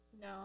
No